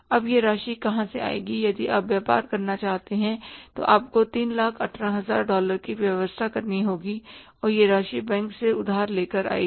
अब यह राशि कहाँ से आयेगी यदि आप व्यापार करना चाहते हैं तो आपको 318000 डॉलर की व्यवस्था करनी होगी और यह राशि बैंक से उधार लेकर आएगी